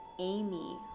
Amy